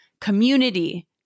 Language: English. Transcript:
community